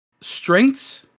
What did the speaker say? strengths